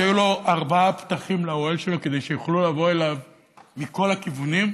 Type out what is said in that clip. שהיו לאוהל שלו ארבעה פתחים כדי שיוכלו לבוא אליו מכל הכיוונים,